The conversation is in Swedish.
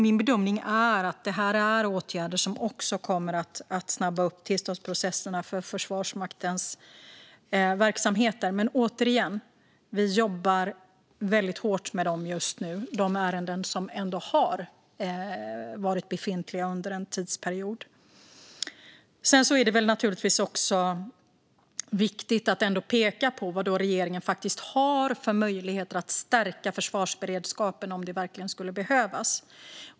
Min bedömning är att det är åtgärder som kommer att snabba på tillståndsprocesserna för Försvarsmaktens verksamheter. Återigen: Vi jobbar just nu väldigt hårt med de ärenden som ändå har varit befintliga under en tidsperiod. Sedan är det ändå viktigt att peka på vad regeringen har för möjligheter att stärka försvarsberedskapen om det verkligen skulle behövas.